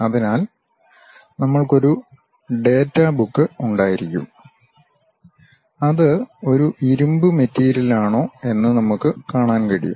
അതിനാൽ നമ്മൾക്ക് ഒരു ഡേറ്റാ ബുക്ക് ഉണ്ടായിരിക്കും അത് ഒരു ഇരുമ്പ് മെറ്റീരിയലാണോ എന്ന് നമുക്ക് കാണാൻ കഴിയും